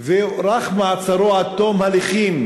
והוארך מעצרו עד תום ההליכים,